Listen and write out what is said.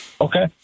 Okay